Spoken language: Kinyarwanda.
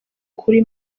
ukuri